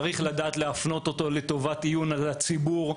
צריך לדעת להפנות אותו לטובת עיון הציבור.